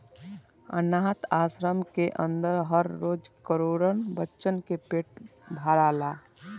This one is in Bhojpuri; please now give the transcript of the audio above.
आनाथ आश्रम के अन्दर हर रोज करोड़न बच्चन के पेट भराला